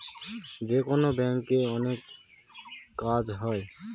যেকোনো ব্যাঙ্কে অনেক কাজ হয়